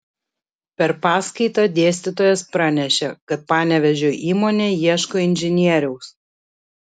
per paskaitą dėstytojas pranešė kad panevėžio įmonė ieško inžinieriaus